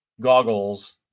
goggles